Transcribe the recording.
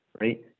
right